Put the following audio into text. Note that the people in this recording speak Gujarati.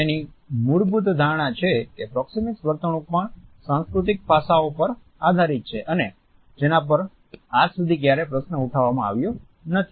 તેની મૂળભૂત ધારણા છે કે પ્રોક્સીમીક્સ વર્તણૂક પણ સાંસ્કૃતિક પાસાંઓ પર આધારિત છે અને જેના પર આજ સુધી ક્યારેય પ્રશ્ન ઉઠાવવામાં આવ્યો નથી